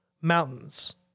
mountains